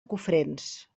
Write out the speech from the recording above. cofrents